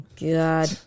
God